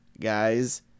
Guys